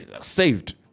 saved